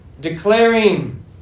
declaring